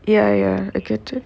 ya ya I got it